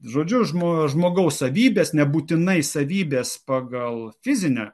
žodžiu žmo žmogaus savybės nebūtinai savybės pagal fizinę